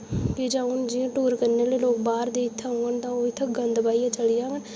पिज्जै हून जियां हून टूर करने आह्ले बाह्र दे इत्थै औंङन तां ओह् इत्थै गंद पाइयै चली जाङन